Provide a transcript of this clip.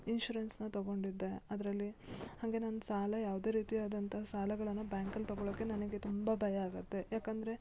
ಇನ್ಶೂರೆನ್ಸನ್ನ ತಗೊಂಡಿದ್ದೆ ಅದರಲ್ಲಿ ಹಾಗೆ ನಾನು ಸಾಲ ಯಾವುದೆ ರೀತಿಯಾದಂತ ಸಾಲಗಳನ್ನು ಬ್ಯಾಂಕಲ್ಲಿ ತಗೊಳ್ಳೋಕೆ ನನಗೆ ತುಂಬ ಭಯ ಆಗುತ್ತೆ ಯಾಕೆಂದ್ರೆ